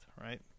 right